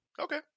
Okay